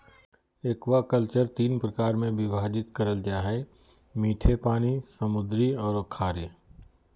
aquaculture तीन प्रकार में विभाजित करल जा हइ मीठे पानी, समुद्री औरो खारे